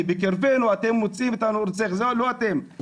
כי בקרבנו אתם מוצאים את הרוצח זה לא אתם,